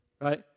Right